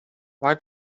why